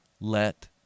Let